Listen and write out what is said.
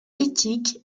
éthiques